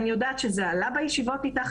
אני יודעת שזה עלה בישיבות איתך,